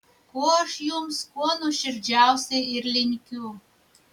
ko aš jums kuo nuoširdžiausiai ir linkiu